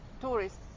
tourists